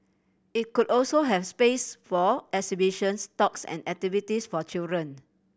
it could also have space for exhibitions talks and activities for children